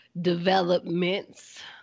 developments